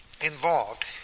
involved